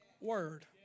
word